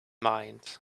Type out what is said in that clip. mind